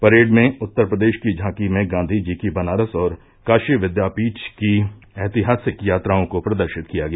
parade में उत्तर प्रदेश की झांकी में गांधी जी की बनारस और काशी विद्यापीठ की ऐतिहासिक यात्राओं को प्रदर्शित किया गया